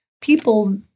people